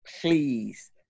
Please